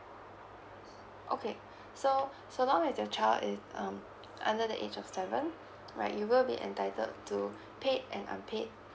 okay so so long as your child is um under the age of seven right you will be entitled to paid and unpaid